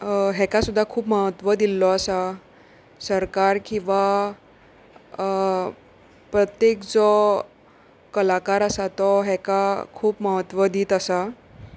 हाका सुद्दा खूब म्हत्व दिल्लो आसा सरकार किंवां प्रत्येक जो कलाकार आसा तो हाका खूब म्हत्व दित आसा